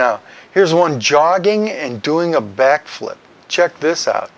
now here's one jogging and doing a backflip check this out